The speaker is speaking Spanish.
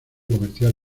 comercial